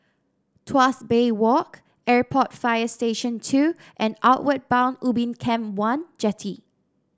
Tuas Bay Walk Airport Fire Station Two and Outward Bound Ubin Camp one Jetty